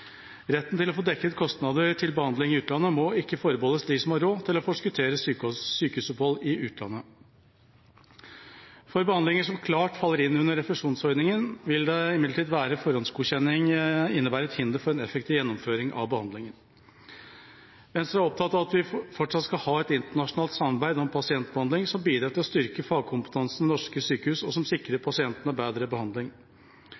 Retten til å få dekket kostnader til behandling i utlandet må ikke forbeholdes dem som har råd til å forskuttere sykehusopphold i utlandet. For behandlinger som klart faller inn under refusjonsordningen, vil imidlertid forhåndsgodkjenning innebære et hinder for en effektiv gjennomføring av behandlingen. Venstre er opptatt av at vi fortsatt skal ha et internasjonalt samarbeid om pasientbehandling som bidrar til å styrke fagkompetansen ved norske sykehus, og som sikrer